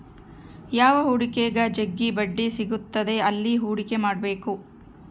ಯಾವ ಹೂಡಿಕೆಗ ಜಗ್ಗಿ ಬಡ್ಡಿ ಸಿಗುತ್ತದೆ ಅಲ್ಲಿ ಹೂಡಿಕೆ ಮಾಡ್ಬೇಕು